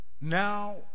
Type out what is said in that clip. now